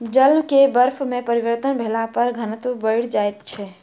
जल के बर्फ में परिवर्तन भेला पर घनत्व बैढ़ जाइत छै